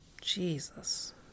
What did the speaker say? Jesus